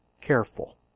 careful